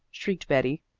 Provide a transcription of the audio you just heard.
shrieked betty.